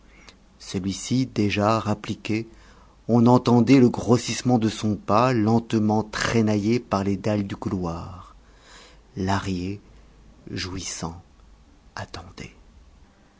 celui-ci déjà rappliquait on entendait le grossissement de son pas lentement traînaillé par les dalles du couloir lahrier jouissant attendait